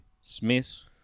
Smith